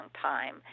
time